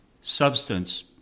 substance